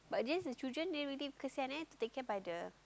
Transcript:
but this is children they already kesian eh to take care by the